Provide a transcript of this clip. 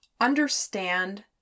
understand